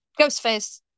Ghostface